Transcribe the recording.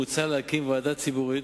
מוצע להקים ועדה ציבורית,